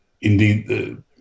indeed